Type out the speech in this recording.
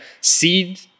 seed